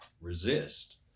resist